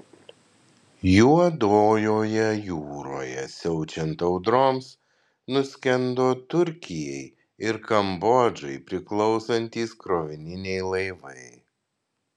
juodojoje jūroje siaučiant audroms nuskendo turkijai ir kambodžai priklausantys krovininiai laivai